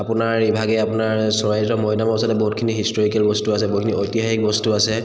আপোনাৰ ইভাগে আপোনাৰ চৰাইদেউ মৈদামৰ আচলতে বহুতখিনি হিষ্টৰিকেল বস্তু আছে বহুখিনি ঐতিহাসিক বস্তু আছে